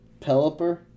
Pelipper